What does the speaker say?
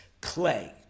clay